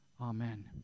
amen